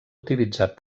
utilitzat